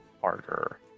harder